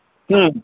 हँ